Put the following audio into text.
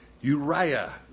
Uriah